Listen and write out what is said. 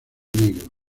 negro